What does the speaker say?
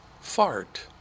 Fart